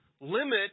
limit